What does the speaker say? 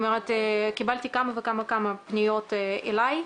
קיבלתי כמה וכמה פניות אליי.